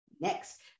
Next